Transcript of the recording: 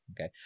Okay